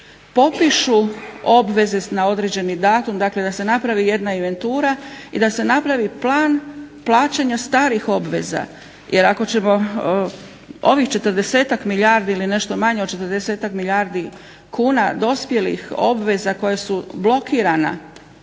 popišu obveze na određeni datum, dakle da se napravi jedna inventura i da se napravi plan plaćanja starih obveza, jer ako ćemo ovih 40-ak milijardi ili nešto manje od 40-ak milijardi kuna dospjelih obveza koja su blokirana